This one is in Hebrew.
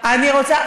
זה גם,